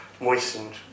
moistened